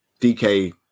DK